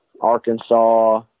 Arkansas